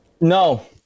No